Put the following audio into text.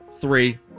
three